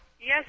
Yes